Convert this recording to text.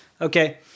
Okay